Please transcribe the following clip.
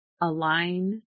align